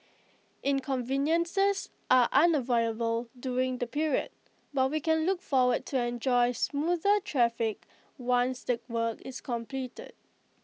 inconveniences are unavoidable during the period but we can look forward to enjoy smoother traffic once the work is completed